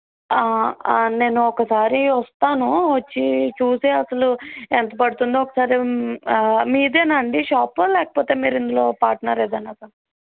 నేను ఒకసారి వస్తాను వచ్చి చూసి అసలు ఎంత పడుతుందో ఒకసారి మీదేనా అండి షాప్ లేకపోతే మీరు ఇందులో పార్ట్నర్ ఏదన్నానా